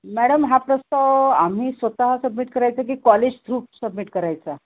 madam हा प्रस्ताव आम्ही स्वतः सबमिट करायचा की कॉलेज थ्रू सबमिट करायचा